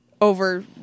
over